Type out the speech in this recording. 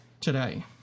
today